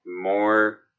more